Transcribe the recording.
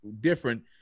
different